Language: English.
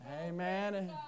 amen